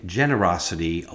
generosity